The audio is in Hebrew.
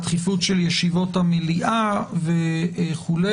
התכיפות של ישיבות המליאה וכו'.